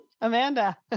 Amanda